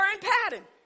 pattern